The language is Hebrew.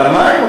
על המים?